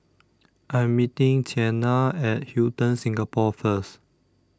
I Am meeting Qiana At Hilton Singapore First